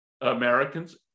Americans